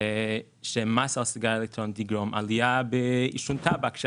שהמס על סיגריה אלקטרונית יגרום לעלייה בעישון טבק,